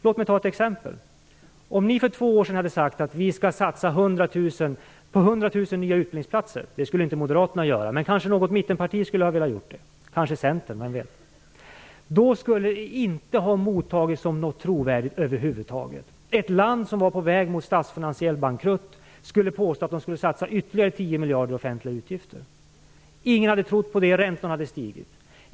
Låt mig ta ett exempel: Om ni för två år sedan hade sagt att vi skall satsa på 100 000 nya utbildningsplatser - det hade inte Moderaterna gjort, men kanske hade ett mittenparti som Centern kunnat göra det - så skulle det över huvud taget inte ha mottagits som trovärdigt. Ett land på väg mot statsfinansiell bankrutt skulle påstå att man skulle satsa ytterligare tio miljarder kronor i offentliga utgifter. Ingen hade trott på det. Räntorna hade stigit.